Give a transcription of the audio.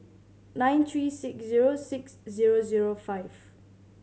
nine three six zero six zero zero five